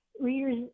readers